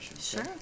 Sure